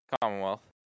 Commonwealth